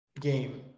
game